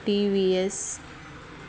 TVS